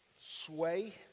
sway